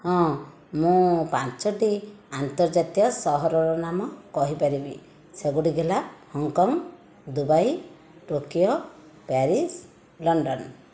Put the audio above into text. ହଁ ମୁଁ ପାଞ୍ଚୋଟି ଆନ୍ତର୍ଜାତିୟ ସହରର ନାମ କହିପାରିବି ସେଗୁଡ଼ିକ ହେଲା Hong Kong Dubai Tokyo Paris London